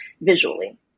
visually